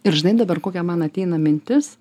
ir žinai dabar kokia man ateina mintis